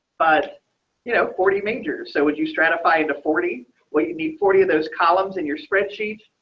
but you know forty major. so would you stratified to forty we need forty of those columns in your spreadsheet.